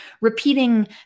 repeating